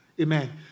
Amen